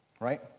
right